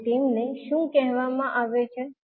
અને તેમને શું કહેવામાં આવે છે